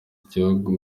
igihugu